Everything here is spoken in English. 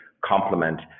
complement